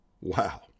Wow